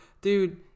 Dude